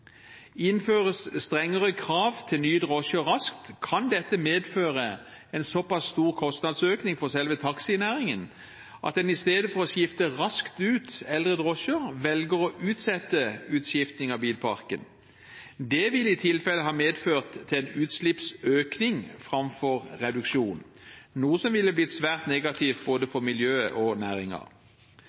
Innføres strengere krav til nye drosjer raskt, kan dette medføre en såpass stor kostnadsøkning for selve taxinæringen at en i stedet for å skifte raskt ut eldre drosjer, velger å utsette utskiftning av bilparken. Det ville i tilfelle ha medført en utslippsøkning framfor reduksjon, noe som ville blitt svært negativt både for miljøet og